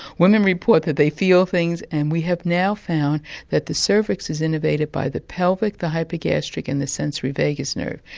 women report that they feel things, and we have now found that the cervix is enervated by the pelvic, the hypogastric and the sensory vagus nerve,